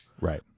right